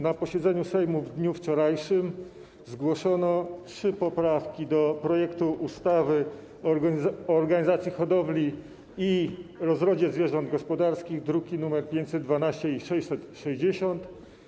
Na posiedzeniu Sejmu w dniu wczorajszym zgłoszono trzy poprawki do projektu ustawy o organizacji hodowli i rozrodzie zwierząt gospodarskich, druki nr 512 i 660.